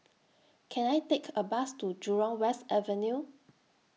Can I Take A Bus to Jurong West Avenue